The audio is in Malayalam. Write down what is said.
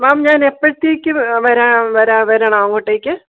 മാം ഞാന് എപ്പഴത്തേക്ക് വരാ വര വരണം അങ്ങോട്ടേക്ക്